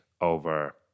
over